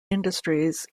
industries